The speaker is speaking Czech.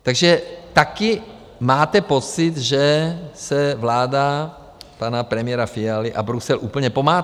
Takže také máte pocit, že se vláda pana premiéra Fialy a Brusel úplně pomátly?